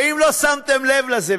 ואם לא שמתם לב לזה,